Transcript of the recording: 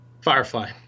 Firefly